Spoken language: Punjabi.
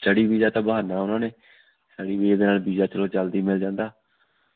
ਸਟਡੀ ਵੀਜ਼ਾ ਤਾਂ ਬਹਾਨਾ ਉਹਨਾਂ ਨੇ ਸਟਡੀ ਵੀਜ਼ਾ ਦੇ ਨਾਲ ਵੀਜ਼ਾ ਚੱਲੋ ਜਲਦੀ ਮਿਲ ਜਾਂਦਾ